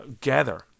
gather